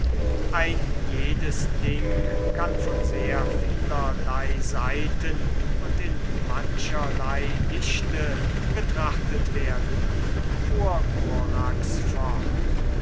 ein jedes ding kann von sehr vielerlei seiten und in mancherlei lichte betrachtet werden